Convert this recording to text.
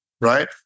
Right